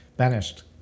Vanished